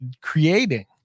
creating